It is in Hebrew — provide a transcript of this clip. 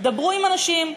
דברו עם אנשים,